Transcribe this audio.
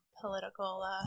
political